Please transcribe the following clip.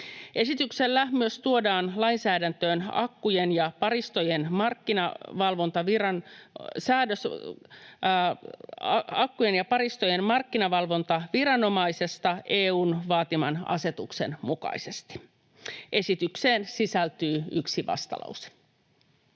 Esityksellä myös tuodaan lainsäädäntöön säädös akkujen ja paristojen markkinavalvontaviranomaisesta EU:n vaatiman asetuksen mukaisesti. Esitykseen sisältyy yksi vastalause.